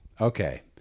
Okay